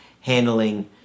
handling